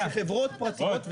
רק שחברות פרטיות,